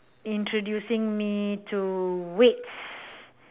introducing me to weights